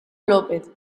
lopez